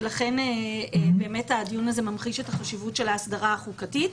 לכן הדיון הזה ממחיש את החשיבות של ההסדרה החוקתית.